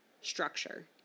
structure